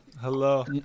Hello